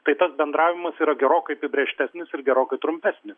tai tas bendravimas yra gerokai apibrėžtesnis ir gerokai trumpesnis